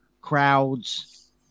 crowds